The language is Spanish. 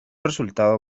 resultado